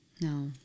No